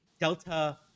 Delta